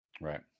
Right